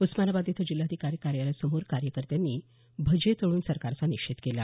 उस्मानाबाद इथं जिल्हाधिकारी कार्यालयासमोर कार्यकर्त्यांनी भजे तळून सरकारचा निषेध केला